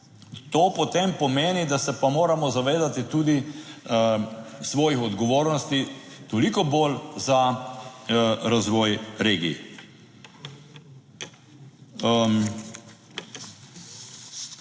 to potem pomeni, da se pa moramo zavedati tudi svojih odgovornosti toliko bolj za razvoj regij.